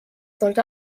sollte